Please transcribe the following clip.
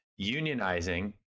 unionizing